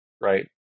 right